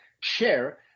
share